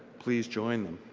please join them.